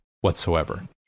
whatsoever